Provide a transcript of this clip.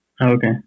Okay